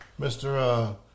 Mr